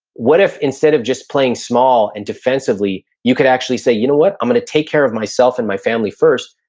what if instead of just playing small and defensively, you could actually say, you know what, i'm gonna take care of myself and my family first,